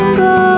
go